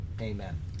amen